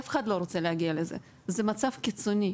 אף אחד לא רוצה להגיע לזה, זה מצב קיצוני.